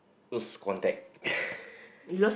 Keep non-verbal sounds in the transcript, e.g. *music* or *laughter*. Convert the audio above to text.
lose contact *breath*